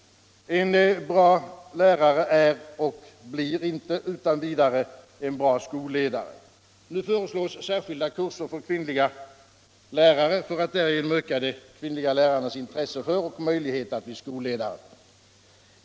En bra lärare är inte och blir inte utan vidare en bra skolledare. Nu föreslås särskilda kurser för kvinnliga lärare för att därigenom öka de kvinnliga lärarnas intresse för och möjligheter att bli skolledare.